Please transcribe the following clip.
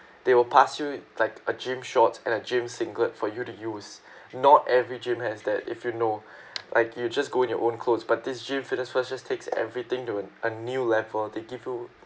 they will pass you like a gym shorts and a gym singlet for you to use not every gym has that if you know like you just go in your own clothes but these gym Fitness First just takes everything to an a new level they give you